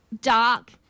dark